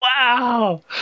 Wow